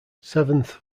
seventh